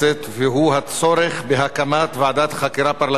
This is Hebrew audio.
והוא הצעה לסדר-היום בנושא: הצורך בהקמת ועדת חקירה פרלמנטרית